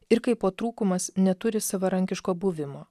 ir kaipo trūkumas neturi savarankiško buvimo